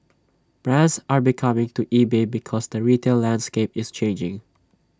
brands are becoming to eBay because the retail landscape is changing